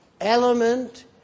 element